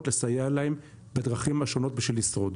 לסייע להם בדרכים השונות בשביל לשרוד.